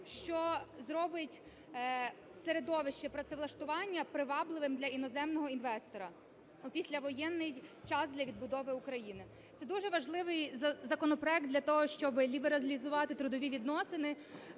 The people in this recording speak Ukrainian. що зробить середовище працевлаштування привабливим для іноземного інвестора у післявоєнний час для відбудови України. Це дуже важливий законопроект для того, щоб лібералізувати трудові відносини,